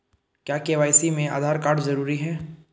क्या के.वाई.सी में आधार कार्ड जरूरी है?